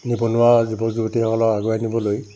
নিবনুৱা যুৱক যুৱতীসকলক আগুৱাই নিবলৈ